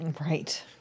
Right